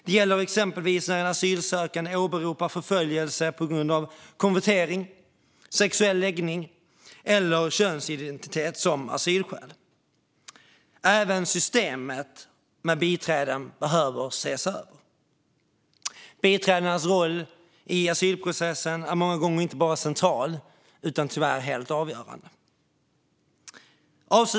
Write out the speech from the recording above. Det kan gälla exempelvis när en asylsökande åberopar förföljelse på grund av konvertering, sexuell läggning eller könsidentitet som asylskäl. Även systemet med biträden behöver ses över. Biträdenas roll i asylprocessen är många gånger inte bara central utan tyvärr också helt avgörande.